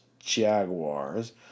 Jaguars